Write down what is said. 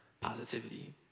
positivity